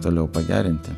toliau pagerinti